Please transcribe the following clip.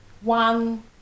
one